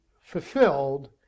fulfilled